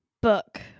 Book